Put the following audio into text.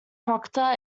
proctor